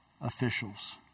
officials